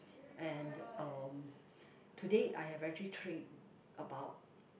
and um today I have actually trained about